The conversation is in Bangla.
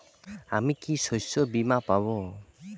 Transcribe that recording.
আমি কি শষ্যবীমা পাব?